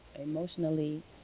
emotionally